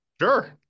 Sure